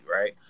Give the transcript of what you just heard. right